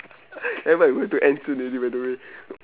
eh but we going to end soon already by the way